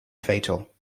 fatal